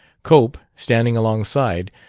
cope, standing alongside,